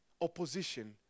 opposition